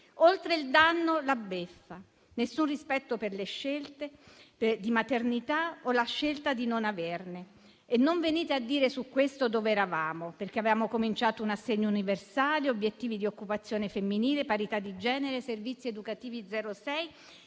Oltre al danno, la beffa: nessun rispetto per le scelte di maternità o di non avere figli e non venite a chiederci su questo dove eravamo, perché avevamo cominciato con un assegno universale, obiettivi di occupazione femminile, parità di genere, servizi educativi da